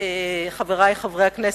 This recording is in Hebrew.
חברי חברי הכנסת,